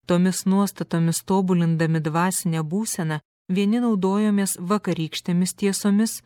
tomis nuostatomis tobulindami dvasinę būseną vieni naudojamės vakarykštėmis tiesomis